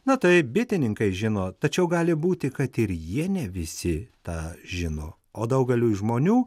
na taip bitininkai žino tačiau gali būti kad ir jie ne visi tą žino o daugeliui žmonių